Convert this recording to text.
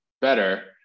better